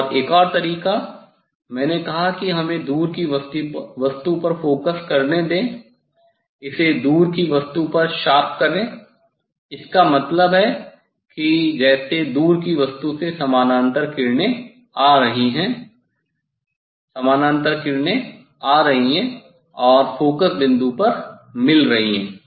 और एक और तरीका मैंने कहा कि हमें दूर की वस्तु पर फोकस करने दें इसे दूर की वस्तु पर शार्प करें इसका मतलब है कि जैसे दूर की वस्तु से समानांतर किरणें आ रही हैं समानांतर किरणें आ रही हैं और फोकस बिंदु पर मिल रही हैं